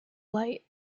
light